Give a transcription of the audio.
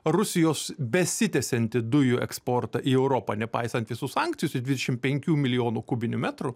rusijos besitęsiantį dujų eksportą į europą nepaisant visų sankcijų su dvidešim penkių milijonų kubinių metrų